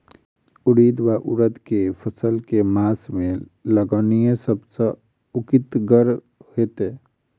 उड़ीद वा उड़द केँ फसल केँ मास मे लगेनाय सब सऽ उकीतगर हेतै?